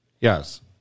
Yes